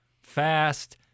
fast